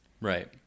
Right